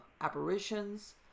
apparitions